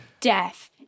death